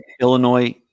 Illinois